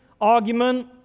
argument